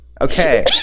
Okay